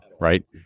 right